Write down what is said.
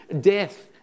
death